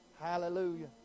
Hallelujah